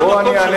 זה המקום שלך,